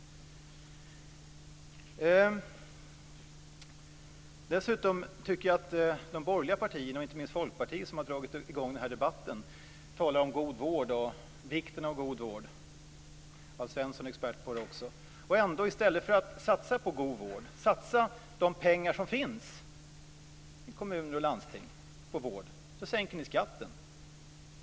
Dessutom hör jag att de borgerliga partierna - inte minst Folkpartiet, som har dragit i gång denna debatt - talar om god vård och vikten av god vård. Alf Svensson är också expert på det. I stället för att satsa de pengar som finns i kommuner och landsting på god vård sänker ni skatten.